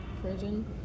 prison